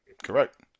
correct